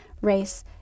race